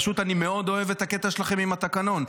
פשוט אני מאוד אוהב את הקטע שלכם עם התקנון.